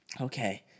okay